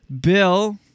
Bill